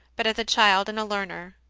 but as a child and a learner.